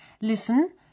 Listen